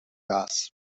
gas